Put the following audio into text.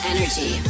Energy